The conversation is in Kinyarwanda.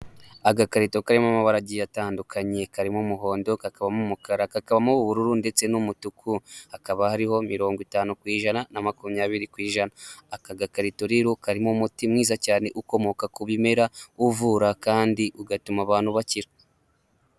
Agakarito karimo amabara agiye atandukanye karimo umuhondo, kakabamo umukara, kakabamo ubururu ndetse n'umutuku, hakaba hariho mirongo itanu ku ijana na makumyabiri ku ijana. Aka gakarito karimo umuti mwiza cyane ukomoka ku bimera uvura kandi ugatuma abantu bakira.